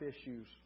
issues